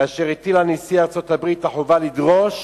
כאשר הטיל על נשיא ארצות-הברית את החובה לדרוש